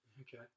Okay